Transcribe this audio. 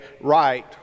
right